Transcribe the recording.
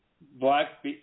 Black